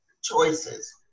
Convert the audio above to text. choices